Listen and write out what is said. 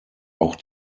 auch